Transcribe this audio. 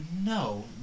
no